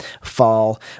fall